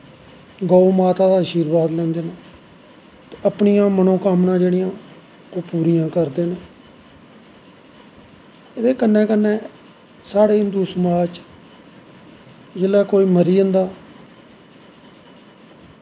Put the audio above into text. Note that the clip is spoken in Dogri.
गौ माता दा आशीर्वाद लैंदे न ते अपनियां मनोंकामनां जेह्ढ़ियां ओह् पूरियां करदे न एह्दे कन्नैं कन्नैं साढ़े हिन्दू समाज़ च जिसलै कोई मरी जंदा